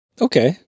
Okay